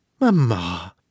Mamma